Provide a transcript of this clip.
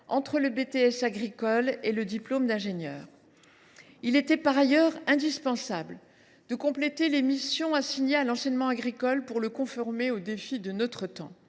supérieur (BTS) agricole et le diplôme d’ingénieur. Il était par ailleurs indispensable de compléter les missions assignées à l’enseignement agricole afin de l’adapter aux défis de notre temps.